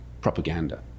propaganda